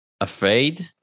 afraid